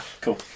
Cool